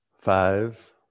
five